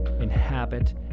inhabit